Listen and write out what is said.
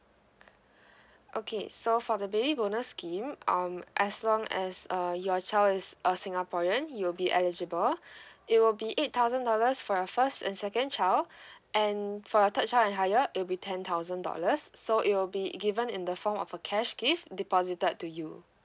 okay so for the baby bonus scheme um as long as uh your child is a singaporean you'll be eligible it will be eight thousand dollars for your first and second child and for your third child and higher it'll be ten thousand dollars so it will be given in the form of a cash gift deposited to you